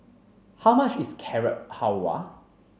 how much is Carrot Halwa